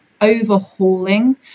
overhauling